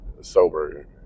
sober